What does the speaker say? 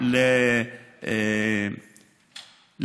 כבר חתם